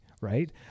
right